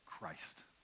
Christ